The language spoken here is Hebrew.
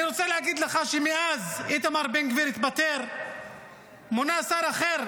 אני רוצה להגיד לך שמאז שאיתמר בן גביר התפטר מונה שר אחר,